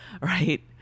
Right